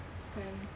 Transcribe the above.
kan